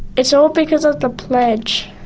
it's all because of the pledge.